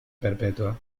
perpetua